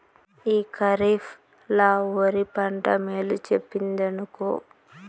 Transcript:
ఈ కరీఫ్ ల ఒరి పంట మేలు చెప్పిందినుకో